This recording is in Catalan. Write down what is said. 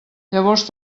llavors